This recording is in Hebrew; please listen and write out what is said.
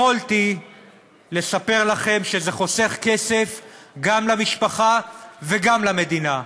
יכולתי לספר לכם שזה חוסך כסף גם למשפחה וגם למדינה,